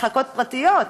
קליניקות פרטיות.